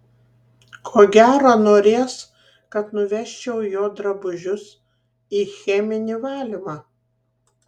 ko gero norės kad nuvežčiau jo drabužius į cheminį valymą